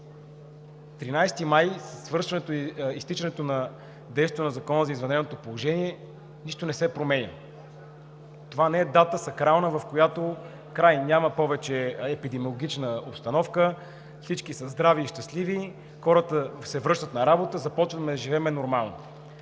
и изтичането на действието за Закона за извънредното положение, нищо не се променя. Това не е дата сакрална, в която: край, няма повече епидемиологична обстановка, всички са здрави и щастливи, хората се връщат на работа, започваме да живеем нормално.